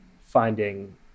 finding